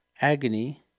agony